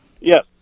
Yes